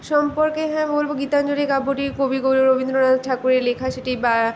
সম্পর্কে হ্যাঁ বলব গীতাঞ্জলি কাব্যটি কবিগুরু রবীন্দ্রনাথ ঠাকুরের লেখা সেটি বা